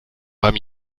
beim